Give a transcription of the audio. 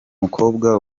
mukobwa